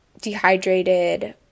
dehydrated